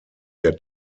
der